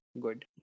good